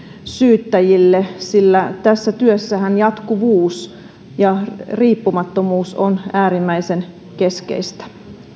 syyttäjille sillä tässä työssähän jatkuvuus ja riippumattomuus ovat äärimmäisen keskeisiä